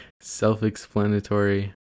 self-explanatory